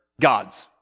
gods